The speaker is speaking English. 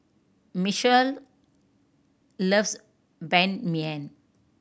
Michael loves Ban Mian